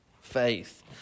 faith